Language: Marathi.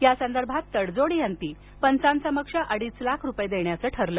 यासंदर्भात तडजोडी अंती पंचासमक्ष अडीच लाख रुपये देण्याचे ठरले